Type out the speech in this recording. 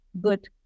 good